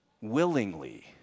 willingly